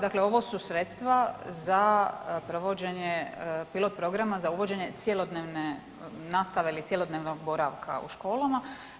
Dakle, ovo su sredstva za provođenje pilot programa za uvođenje cjelodnevne nastave ili cjelodnevnog boravka u školama.